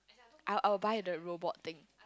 I I will buy the robot thing